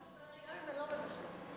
גם לא מבשלות.